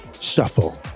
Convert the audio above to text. shuffle